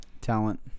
Talent